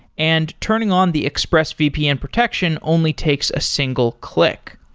and turning on the expressvpn protection only takes a single click.